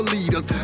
leaders